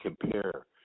compare